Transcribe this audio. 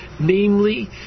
Namely